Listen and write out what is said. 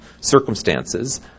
circumstances